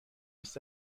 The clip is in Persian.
هست